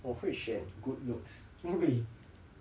我会选 good looks 因为